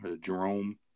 Jerome